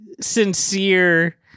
sincere